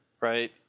right